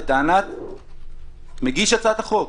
לטענת מגיש הצעת החוק,